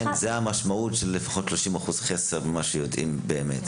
זה המשמעות של לפחות 30% חסר ממה שיודעים באמת.